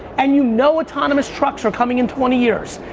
and you know autonomous trucks are coming in twenty years.